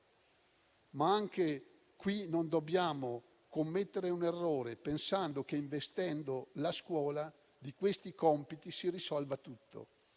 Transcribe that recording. caso, però, non dobbiamo commettere un errore pensando che, investendo la scuola di questi compiti, si risolva tutto.